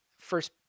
First